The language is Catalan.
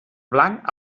blanc